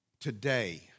Today